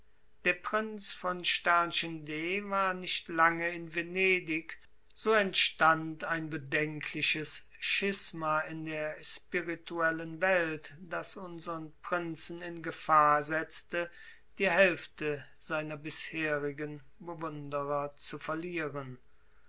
der prinz von d war nicht lange in venedig so entstand ein bedenkliches schisma in der spirituellen welt das unsern prinzen in gefahr setzte die hälfte seiner bisherigen bewunderer zu verlieren